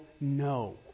no